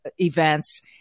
events